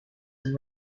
and